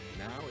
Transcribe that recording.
Now